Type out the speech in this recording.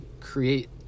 create